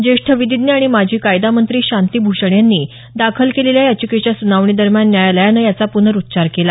ज्येष्ठ विधिज्ञ आणि माजी कायदामंत्री शांती भूषण यांनी दाखल केलेल्या याचिकेच्या सुनावणी दरम्यान न्यायालयानं याचा प्नरुच्चार केला